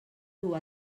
dur